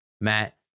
Matt